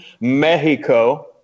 Mexico